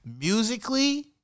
musically